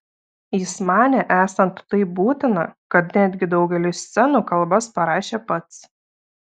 jis manė esant taip būtina kad netgi daugeliui scenų kalbas parašė pats